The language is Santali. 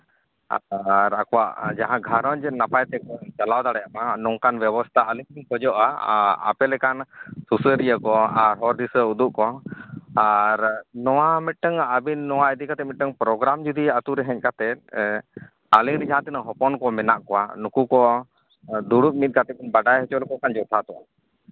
ᱟᱨ ᱟᱠᱚᱣᱟᱜ ᱡᱟᱦᱟᱸ ᱜᱷᱟᱨᱚᱸᱡᱽ ᱱᱟᱯᱟᱭ ᱛᱮᱠᱚ ᱪᱟᱞᱟᱣ ᱫᱟᱲᱮᱭᱟᱜ ᱢᱟ ᱱᱚᱝᱠᱟᱱ ᱵᱮᱵᱚᱥᱛᱷᱟ ᱟᱹᱞᱤᱧ ᱞᱤᱧ ᱠᱷᱚᱡᱚᱜᱼᱟ ᱟᱨ ᱟᱯᱮ ᱞᱮᱠᱟᱱ ᱥᱩᱥᱟᱹᱨᱤᱭᱟᱹ ᱠᱚ ᱦᱚᱨ ᱫᱤᱥᱟᱹ ᱩᱫᱩᱜ ᱠᱚ ᱟᱨ ᱱᱚᱣᱟ ᱢᱤᱫᱴᱟᱝ ᱟᱹᱵᱤᱱ ᱱᱚᱣᱟ ᱤᱫᱤ ᱠᱟᱛᱮᱫ ᱢᱤᱫᱴᱟᱱ ᱯᱨᱳᱜᱨᱟᱢ ᱡᱩᱫᱤ ᱟᱛᱳ ᱨᱮ ᱦᱮᱡ ᱠᱟᱛᱮᱫ ᱟᱹᱞᱤᱧ ᱨᱮᱱ ᱡᱟᱦᱟᱸ ᱛᱤᱱᱟᱹᱜ ᱦᱚᱯᱚᱱ ᱠᱚ ᱢᱮᱱᱟᱜ ᱠᱚᱣᱟ ᱱᱩᱠᱩ ᱠᱚ ᱫᱩᱲᱩᱵ ᱢᱤᱫ ᱠᱟᱛᱮᱫ ᱵᱚᱱ ᱵᱟᱰᱟᱭ ᱦᱚᱪᱚ ᱞᱮᱠᱚ ᱠᱷᱟᱱ ᱡᱚᱛᱷᱟᱛᱚᱜᱼᱟ